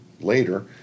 later